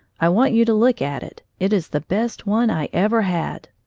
i want you to look at it. it is the best one i ever had!